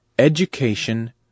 education